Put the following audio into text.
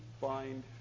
find